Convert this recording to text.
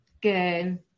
Good